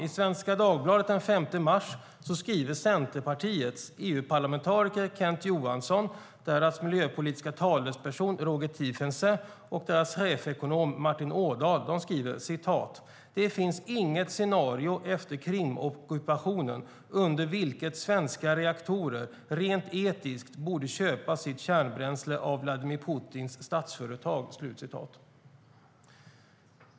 I Svenska Dagbladet den 6 mars skriver Centerpartiets EU-parlamentariker Kent Johansson, deras miljöpolitiska talesperson Roger Tiefensee och deras chefsekonom Martin Ådahl: "Det finns inget scenario efter Krimockupationen under vilket svenska reaktorer, rent etiskt, borde köpa sitt kärnbränsle av Vladimir Putins statsföretag."